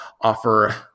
offer